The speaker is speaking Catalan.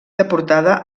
deportada